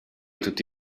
tutti